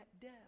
death